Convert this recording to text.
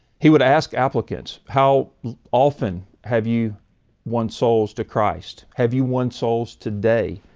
he would ask applicants. how often have you won souls to christ, have you won souls today,